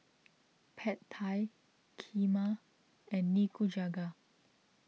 Pad Thai Kheema and Nikujaga